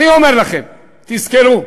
אני אומר לכם: תזכרו,